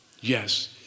Yes